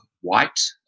white